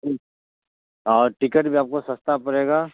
اور ٹکٹ بھی آپ کو سستا پڑے گا